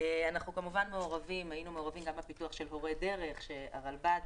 היינו מעורבים גם בפיתוח של הורי דרך שהרלב"ד